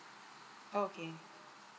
okay